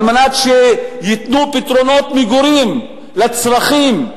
על מנת שייתנו פתרונות מגורים לצרכים.